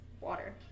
water